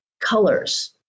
colors